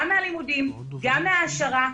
גם מהלימודים, גם מההעשרה.